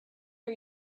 are